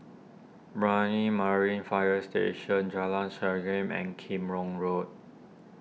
Brani Marine Fire Station Jalan Serengam and Kim Road